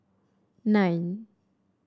nine